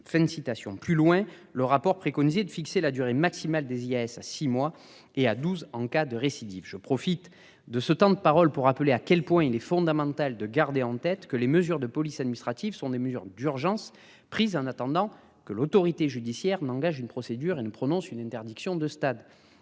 Plus loin, le rapport préconisait de fixer la durée maximale des IS à six mois et à 12 en cas de récidive. Je profite de ce temps de parole pour rappeler à quel point il est fondamental de garder en tête que les mesures de police administrative sont des mesures d'urgence prises en attendant que l'autorité judiciaire, n'engage une procédure il ne prononce une interdiction de stade